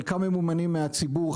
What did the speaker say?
חלקם ממומנים מן הציבור,